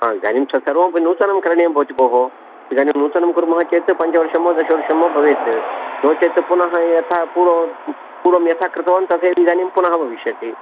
आम् इदानीं तत्सर्वं नूतनं करणीयं भवति भोः इदानीं नूतनं कुर्मः चेत् पञ्चवर्षं वा दशवर्षं वा भवेत् नो चेत् पुनः यथा पूर्वं पूर्वं यथा कृतवान् तथैव इदानीं पुनः भविष्यति